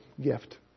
gift